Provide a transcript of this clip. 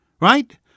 Right